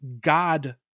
God